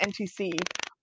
NTC